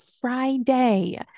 Friday